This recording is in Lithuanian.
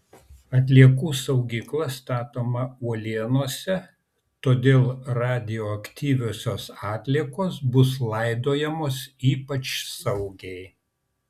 atliekų saugykla statoma uolienose todėl radioaktyviosios atliekos bus laidojamos ypač saugiai